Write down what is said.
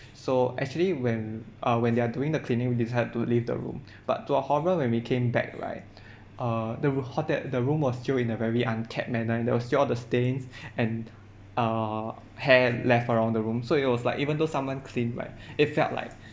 so actually when uh when they're doing the cleaning we decided to leave the room but to our horror when we came back right uh there were hot~ at the room was still in a very uncared manner there was still all the stains and err hair left around the room so it was like even though someone cleaned right it felt like